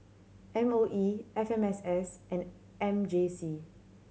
M O E F M S S and M J C